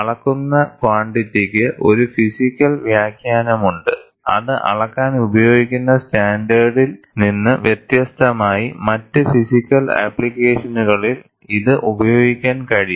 അളക്കുന്ന ക്വൺഡിറ്റിക്കു ഒരു ഫിസിക്കൽ വ്യാഖ്യാനമുണ്ട് അത് അളക്കാൻ ഉപയോഗിക്കുന്ന സ്റ്റാൻഡേർഡിൽ നിന്ന് വ്യത്യസ്തമായി മറ്റ് ഫിസിക്കൽ ആപ്പ്ളിക്കേഷനുകളിൽ ഇത് ഉപയോഗിക്കാൻ കഴിയും